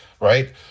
right